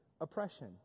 oppression